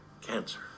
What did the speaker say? cancer